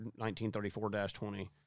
1934-20